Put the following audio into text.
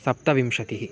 सप्तविंशतिः